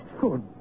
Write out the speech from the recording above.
Good